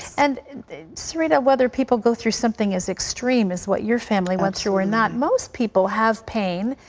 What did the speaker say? and serita, whether people go through something as extreme as what your family went through or not, most people have pain,